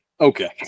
Okay